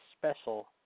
special